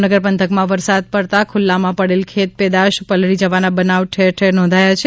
ભાવનગર પંથકમાં વરસાદ પડતા ખુલ્લામાં પડેલ ખેતપેદાશ પલળી જવાના બનાવ ઠેરઠેર નોંધાયા છે